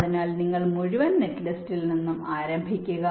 അതിനാൽ നിങ്ങൾ മുഴുവൻ നെറ്റ്ലിസ്റ്റിൽ നിന്നും ആരംഭിക്കുക